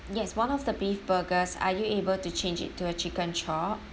yes one of the beef burgers are you able to change it to a chicken chop